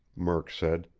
murk said.